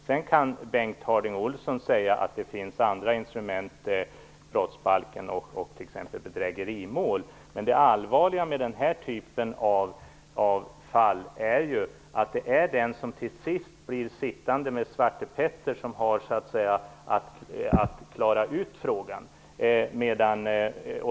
Sedan kan Bengt Harding Olson säga att det finns andra instrument som t.ex. brottsbalken och bedrägerimål, men det allvarliga med den är typen av fall är ju att det är den som till sist blir sittande med Svarte Petter som har att klara ut frågan.